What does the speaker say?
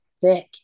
thick